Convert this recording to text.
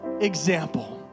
example